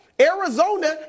Arizona